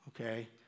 Okay